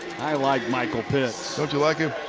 i like michael pitts. don't you like him?